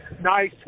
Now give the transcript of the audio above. nice